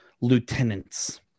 lieutenants